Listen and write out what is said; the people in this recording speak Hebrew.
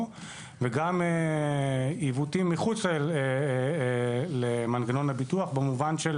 וגם עיוותים מחוץ למנגנון הביטוח במובן של